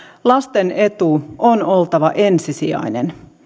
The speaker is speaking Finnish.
lasten edun on oltava ensisijainen